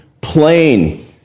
plain